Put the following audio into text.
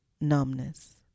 numbness